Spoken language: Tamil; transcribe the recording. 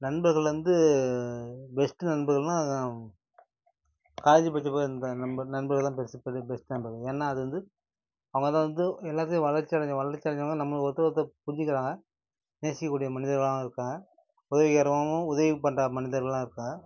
நண்பர்கள் வந்து பெஸ்ட்டு நண்பர்கள்னால் அது காலேஜ் படிச்சப்போ இருந்த நண்பர் நண்பர்கள் தான் பெஸ்ட்டு இருக்கறதுலேயே பெஸ்ட் நண்பர்கள் ஏன்னால் அது வந்து அவங்க தான் வந்து எல்லாத்துலேயும் வளர்ச்சி அடைஞ்ச வளர்ச்சி அடைஞ்சவுங்க நம்மளை ஒருத்தரை ஒருத்தர் புரிஞ்சுக்கிறாங்க நேசிக்கக்கூடிய மனிதர்களாகவும் இருக்காங்க உதவிகரமாகவும் உதவி பண்ணுற மனிதர்களாக இருக்காங்க